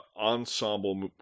ensemble